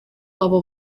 abo